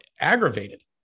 aggravated